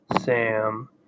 Sam